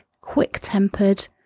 quick-tempered